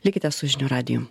likite su žinių radijum